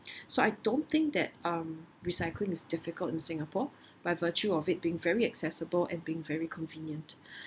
so I don't think that um recycling is difficult in singapore by virtue of it being very accessible and being very convenient